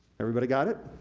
everybody got it?